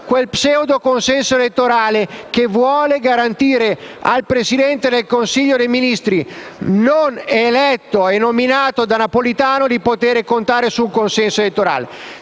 quello pseudoconsenso elettorale che vuole garantire al Presidente del Consiglio dei Ministri, non eletto e nominato da Napolitano, di poter contare sul consenso elettorale.